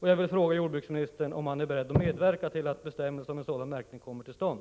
Jag vill fråga om jordbruksministern är beredd att medverka till att bestämmelser om en sådan märkning kommer till stånd.